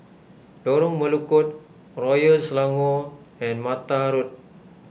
Lorong Melukut Royal Selangor and Mata Road